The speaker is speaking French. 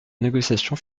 négociation